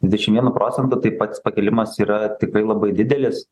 dvidešim vienu procentu taip pats pakilimas yra tikrai labai didelis